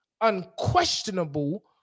unquestionable